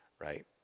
right